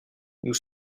nous